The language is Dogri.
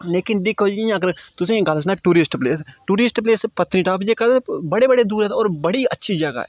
लेकिन दिक्खो जि'यां अगर तुसें ई गल्ल सनांऽ tourist place tourist place Patnitop जेह्का बड़े बड़े दूरा दे होर बड़ी अच्छी जगह् ऐ